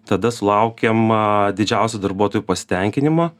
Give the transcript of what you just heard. tada sulaukiam aa didžiausio darbuotojų pasitenkinimo